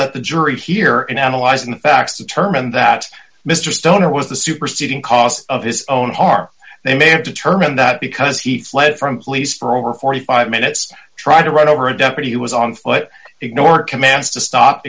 that the jury here in analyzing the facts determined that mr stoner was the superseding cost of his own heart they may have determined that because he fled from the police for over forty five minutes trying to run over a deputy who was on foot ignore commands to